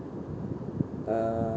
uh